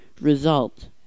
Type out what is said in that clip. Result